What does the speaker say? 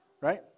Right